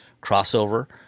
crossover